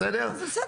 בסדר?